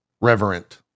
reverent